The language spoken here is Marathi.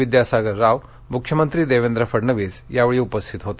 विद्यासागर राव मुख्यमंत्री देवेंद्र फडणवीस यावेळी उपस्थित होते